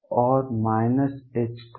और 22m2E